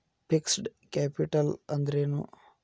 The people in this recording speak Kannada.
ಫಿಕ್ಸ್ಡ್ ಕ್ಯಾಪಿಟಲ್ ಅಂದ್ರೇನು?